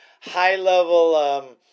high-level